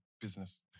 business